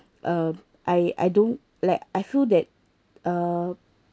uh I I don't like I feel that uh